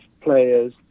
players